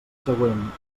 següent